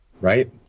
Right